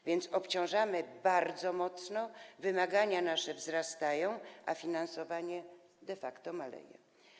A więc obciążamy asystenta bardzo mocno, wymagania nasze wzrastają, a finansowanie de facto maleje.